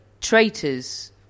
traitors